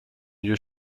you